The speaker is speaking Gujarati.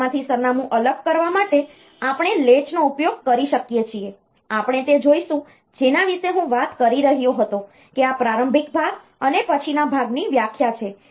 ડેટામાંથી સરનામું અલગ કરવા માટે આપણે લૅચનો ઉપયોગ કરી શકીએ છીએ આપણે તે જોઈશું જેના વિશે હું વાત કરી રહ્યો હતો કે આ પ્રારંભિક ભાગ અને પછીના ભાગની વ્યાખ્યા છે